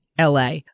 LA